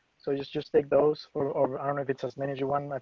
so just, just take those or um if it says manager one,